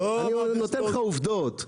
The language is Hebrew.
אני נותן לך עובדות.